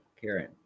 Karen